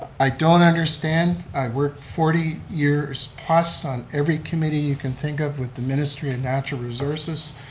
i don't understand, i worked forty years plus on every committee you can think of with the ministry of natural resources,